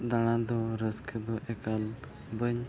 ᱫᱟᱬᱟ ᱫᱚ ᱨᱟᱹᱥᱠᱟᱹ ᱫᱚ ᱮᱠᱟᱞ ᱵᱟᱹᱧ